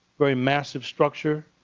very massive structure.